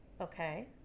Okay